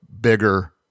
bigger